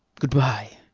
good-bye.